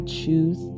choose